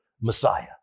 Messiah